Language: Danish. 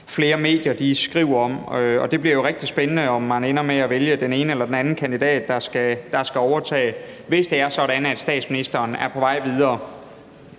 Flere medier skriver om det, og det bliver jo rigtig spændende, om man ender med at vælge den ene eller den anden kandidat, der skal overtage, hvis det er sådan, at statsministeren er på vej videre,